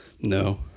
no